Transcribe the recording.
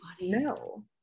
no